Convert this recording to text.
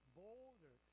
boulder